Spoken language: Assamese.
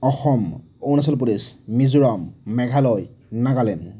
অসম অৰুণাচল প্ৰদেশ মিজোৰাম মেঘালয় নগালেণ্ড